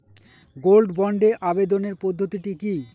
Gold বন্ডে আবেদনের পদ্ধতিটি কি?